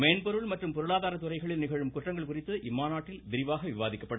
மென்பொருள் மற்றும் பொருளாதார துறைகளில் நிகழும் குற்றங்கள் குறித்து இம்மாநாட்டில் விரிவாக விவாதிக்கப்படும்